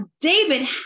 David